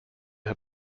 had